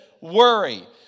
worry